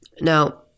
Now